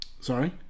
Sorry